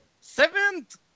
seventh